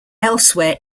elsewhere